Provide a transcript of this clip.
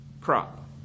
crop